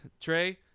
Trey